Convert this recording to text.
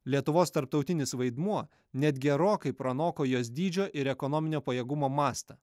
lietuvos tarptautinis vaidmuo net gerokai pranoko jos dydžio ir ekonominio pajėgumo mastą